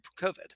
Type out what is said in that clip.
COVID